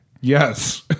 Yes